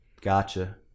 Gotcha